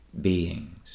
beings